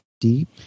deep